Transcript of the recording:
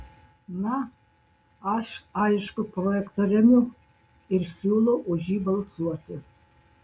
na aš aišku projektą remiu ir siūlau už jį balsuoti